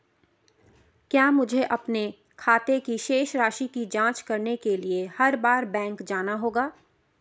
क्या मुझे अपने खाते की शेष राशि की जांच करने के लिए हर बार बैंक जाना होगा?